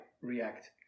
react